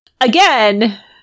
Again